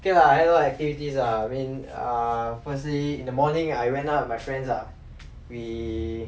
okay lah a lot of activities lah I mean err firstly in the morning I went out with my friends ah we